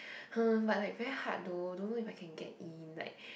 !huh! but like very hard though don't know if I can get in like